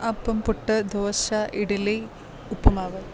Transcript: അപ്പം പുട്ട് ദോശ ഇഡലി ഉപ്പ്മാവ്